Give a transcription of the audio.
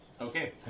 Okay